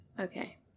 Okay